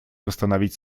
восстановить